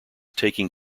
taking